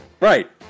right